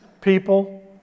People